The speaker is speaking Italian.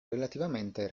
relativamente